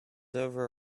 over